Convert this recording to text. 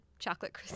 chocolate